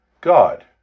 God